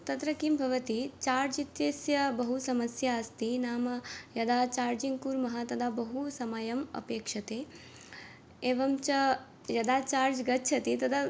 तत्र किं भवति चार्ज् इत्यस्य बहुसमस्या अस्ति नाम यदा चार्जिङ्ग् कुर्मः तदा बहुसमयम् अपेक्ष्यते एवञ्च यदा चार्ज् गच्छति तदा